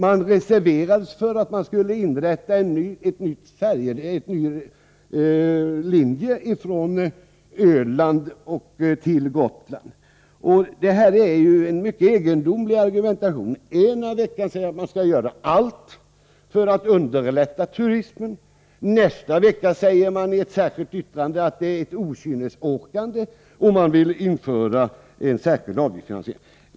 Man reserverade sig för ett inrättande av en ny färjelinje från Öland till Gotland. Detta är ett mycket egendomligt sätt att argumentera. Ena veckan säger man att allt skall göras för att underlätta turismen, nästa vecka talar man i ett särskilt yttrande om okynnesåkande och vill införa en särskild avgiftsfinansiering.